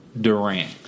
Durant